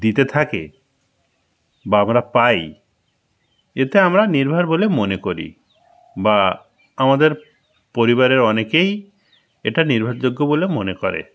দিতে থাকে বা আমরা পাই এতে আমরা নির্ভর বলে মনে করি বা আমাদের পরিবারে অনেকেই এটা নির্ভরযোগ্য বলে মনে করে